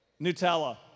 Nutella